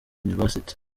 university